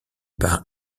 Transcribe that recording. par